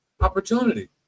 opportunity